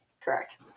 Correct